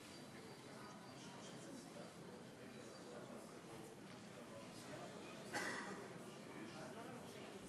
מתכבד